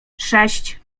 sześć